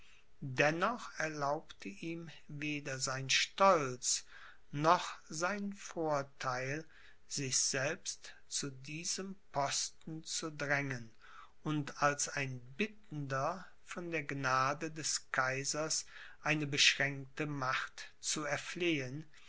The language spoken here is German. dennoch erlaubte ihm weder sein stolz noch sein vortheil sich selbst zu diesem posten zu drängen und als ein bittender von der gnade des kaisers eine beschränkte macht zu erflehen